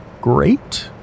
great